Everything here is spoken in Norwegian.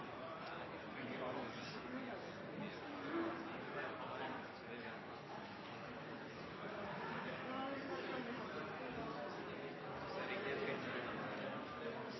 det er riktig, det